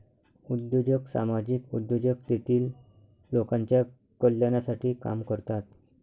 उद्योजक सामाजिक उद्योजक तेतील लोकांच्या कल्याणासाठी काम करतात